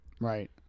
Right